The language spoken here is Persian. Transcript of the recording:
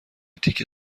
تیکه